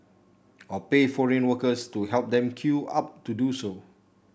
or pay foreign workers to help them queue up to do so